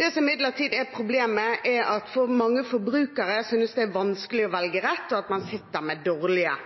Det som imidlertid er problemet, er at mange forbrukere synes det er vanskelig å velge rett, og at man sitter med dårlige